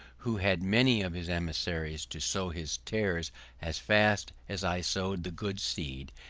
who had many of his emissaries to sow his tares as fast as i sowed the good seed,